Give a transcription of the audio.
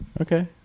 Okay